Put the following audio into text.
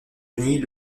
unies